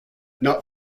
not